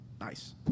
Nice